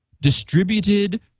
distributed